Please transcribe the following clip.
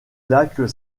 lac